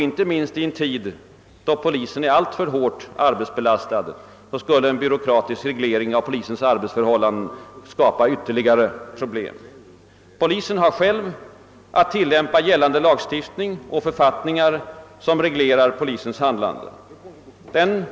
Inte minst i en tid då polisen är alltför hårt arbetsbelastad skulle en byråkratisk reglering av polisens arbetsförhållanden skapa ytterligare problem. Polisen har att tillämpa gällande lagstiftning och författningar som reglerar polisens handlande.